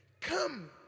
Come